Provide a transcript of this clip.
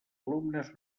alumnes